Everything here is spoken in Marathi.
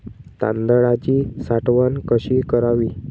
तांदळाची साठवण कशी करावी?